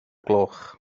gloch